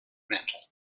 metal